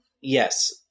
Yes